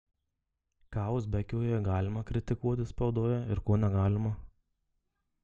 ką uzbekijoje galima kritikuoti spaudoje ir ko negalima